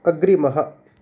अग्रिमः